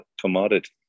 commodity